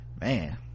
man